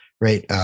Right